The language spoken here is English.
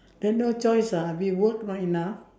then no choice ah we work not enough